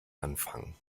anfangen